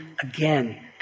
again